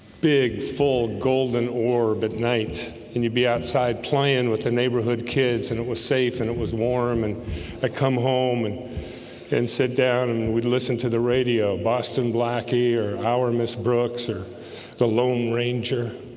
big full golden orb at but night and you'd be outside playing with the neighborhood kids and it was safe and it was was um and i come home and and sit down and and we'd listen to the radio boston blackie or our miss brooks or the lone ranger